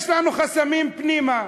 יש לנו חסמים פנימה,